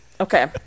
okay